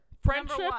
Friendship